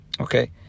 Okay